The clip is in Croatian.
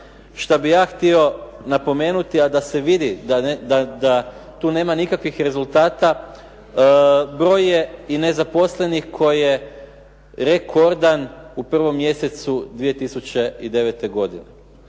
šta bi ja htio napomenuti, a da se vidi da tu nema nikakvih rezultata, broj je i nezaposlenih koje rekordan u prvom mjesecu 2009. godine.